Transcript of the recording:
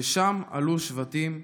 ששם עלו שבטים,